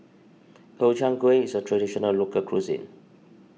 Gobchang Gui is a Traditional Local Cuisine